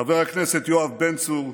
חבר הכנסת יואב בן צור,